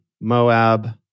Moab